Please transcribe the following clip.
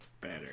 better